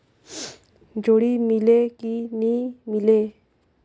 जोणी मीले कि नी मिले?